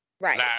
Right